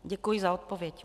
Děkuji za odpověď.